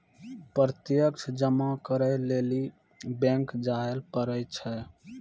प्रत्यक्ष जमा करै लेली बैंक जायल पड़ै छै